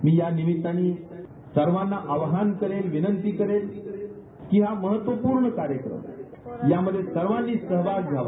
मी या निमित्तानं सर्वांना आवाहन करेन विनंती करेन की हा महत्वपूर्ण कार्यक्रम यामध्ये सर्वांनी सहभाग घ्यावा